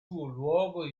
luogo